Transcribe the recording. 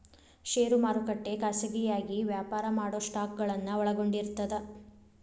ಷೇರು ಮಾರುಕಟ್ಟೆ ಖಾಸಗಿಯಾಗಿ ವ್ಯಾಪಾರ ಮಾಡೊ ಸ್ಟಾಕ್ಗಳನ್ನ ಒಳಗೊಂಡಿರ್ತದ